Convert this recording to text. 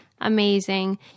amazing